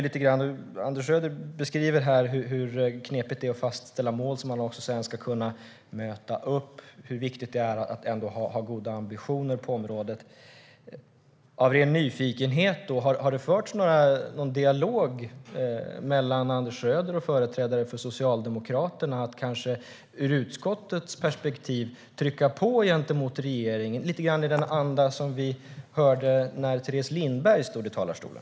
Anders Schröder beskriver hur knepigt det är att fastställa mål som man sedan ska kunna nå och hur viktigt det är att ändå ha goda ambitioner på området. Av ren nyfikenhet: Har det förts någon dialog mellan Anders Schröder och företrädare för Socialdemokraterna om att ur utskottets perspektiv trycka på gentemot regeringen, lite grann i den anda som vi hörde när Teres Lindberg stod i talarstolen?